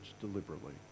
deliberately